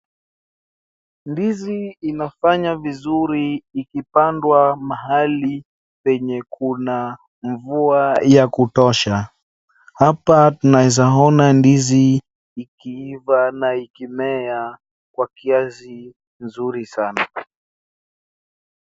Ndizi inafanya vizuri ikipandwa mahali penye kuna mvua ya kutosha. Hapa tunaeza ona ndizi ikiiva na ikimea kwa kiasi nzuri sana.